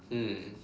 hmm